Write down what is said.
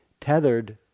tethered